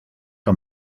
que